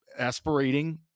aspirating